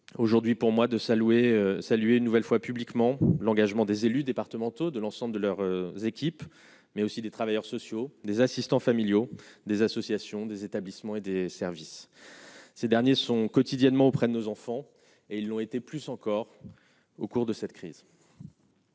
aujourd'hui pour moi de saluer saluer une nouvelle fois publiquement l'engagement des élus départementaux de l'ensemble de leur équipe mais aussi des travailleurs sociaux, des assistants familiaux, des associations, des établissements et des services. Ces derniers sont quotidiennement auprès de nos enfants et ils l'ont été plus encore au cours de cette crise.